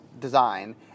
design